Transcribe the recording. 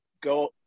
go –